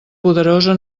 poderosa